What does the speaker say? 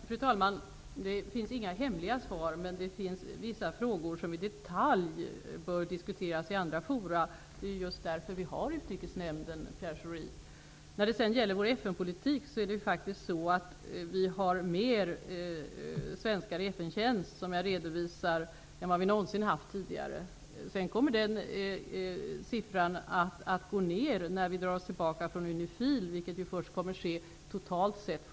Fru talman! Det finns inga hemliga svar, men det finns vissa frågor som bör diskuteras i detalj i andra forum. Det är just därför vi har utrikesnämnden, När det gäller vår FN-politik har vi, som jag redovisade i svaret, fler svenskar i FN-tjänst än vad vi någonsin har haft tidigare. Den siffran kommer att gå ned när vi drar oss tillbaka från Unifil, vilket helt kommer att ske den 1 april.